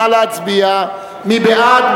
נא להצביע, מי בעד?